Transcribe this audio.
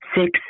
six